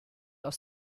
aus